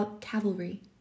cavalry